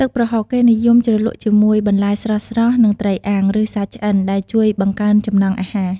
ទឹកប្រហុក គេនិយមជ្រលក់ជាមួយបន្លែស្រស់ៗ និងត្រីអាំង ឬសាច់ឆ្អិន ដែលជួយបង្កើនចំណង់អាហារ។